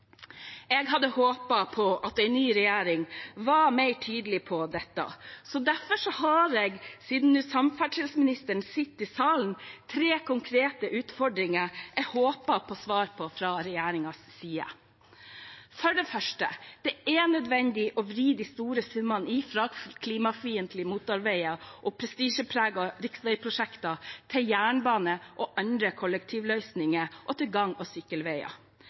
Jeg hadde håpet på at en ny regjering var mer tydelig på dette. Derfor har jeg, siden samferdselsministeren sitter i salen, tre konkrete utfordringer jeg håper å få svar på fra regjeringens side. For det første: Det er nødvendig å vri de store summene fra klimafiendtlige motorveier og prestisjepregede riksveiprosjekter til jernbane og andre kollektivløsninger og til gang- og